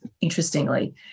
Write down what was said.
interestingly